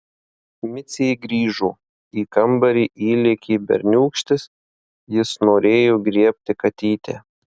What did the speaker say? micė grįžo į kambarį įlėkė berniūkštis jis norėjo griebti katytę